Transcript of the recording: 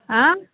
अँ